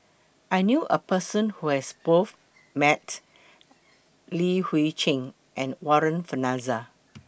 I knew A Person Who has Both Met Li Hui Cheng and Warren Fernandez